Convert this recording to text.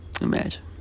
Imagine